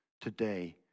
today